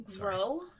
Grow